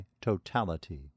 totality